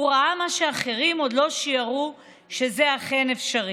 הוא ראה מה שאחרים עוד לא שיערו שאכן אפשרי.